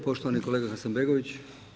Poštovani kolega Hasanbegović.